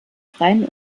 freien